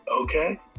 okay